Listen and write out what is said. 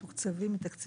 חוק תקציב.